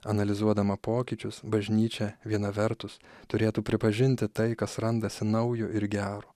analizuodama pokyčius bažnyčia viena vertus turėtų pripažinti tai kas randasi naujo ir gero